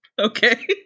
Okay